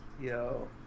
Yo